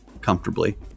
comfortably